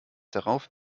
darauf